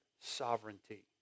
sovereignty